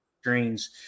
screens